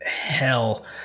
hell